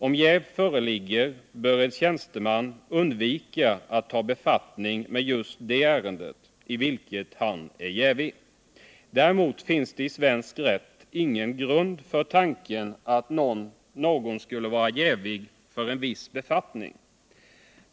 Om jäv föreligger för en tjänsteman, bör denne undvika att ta befattning med just det ärende i vilket han är jävig. Däremot finns det i svensk rätt ingen grund för tanken att någon skulle vara jävig för en viss befattning.